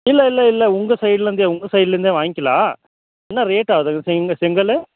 இல்லை இல்லை இல்லை உங்க சைட்டில் இருந்தே உங்க சைட்டில் இருந்தே வாங்கிகலாம் என்ன ரேட் ஆகுதுங்க சார் செங்கல்